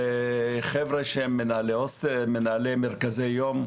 וחבר'ה שהם מנהלי מרכזי יום,